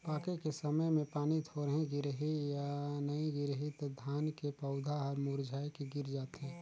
पाके के समय मे पानी थोरहे गिरही य नइ गिरही त धान के पउधा हर मुरझाए के गिर जाथे